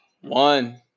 One